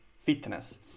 fitness